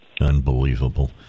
Unbelievable